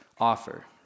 offer